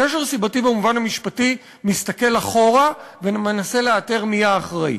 קשר סיבתי במובן המשפטי מסתכל אחורה ומנסה לאתר מי האחראי.